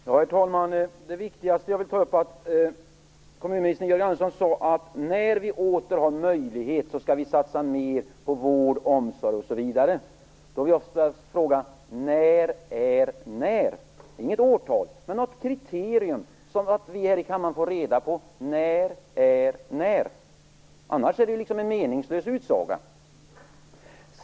Herr talman! Kommunminister Jörgen Andersson sade att när vi åter har möjlighet skall vi satsa mer på vård, omsorg osv. Jag vill då ställa frågan: När är när? Jag behöver inget årtal, men något kriterium så att vi här i kammaren får reda på det: När är när? Annars är detta ju en meningslös utsaga.